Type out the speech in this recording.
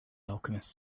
alchemist